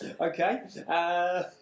okay